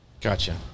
Gotcha